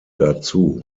dazu